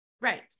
Right